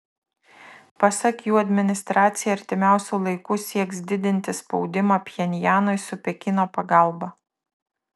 pasak jų administracija artimiausiu laiku sieks didinti spaudimą pchenjanui su pekino pagalba